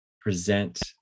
present